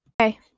Okay